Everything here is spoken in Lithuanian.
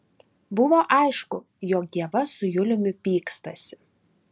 buvo aišku jog ieva su juliumi pykstasi